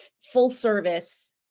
full-service